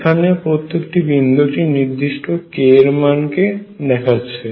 এখানে প্রত্যেকটি বিন্দু একটি নির্দিষ্ট k এর মান কে দেখাচ্ছে